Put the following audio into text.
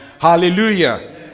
Hallelujah